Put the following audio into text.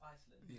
Iceland